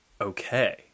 Okay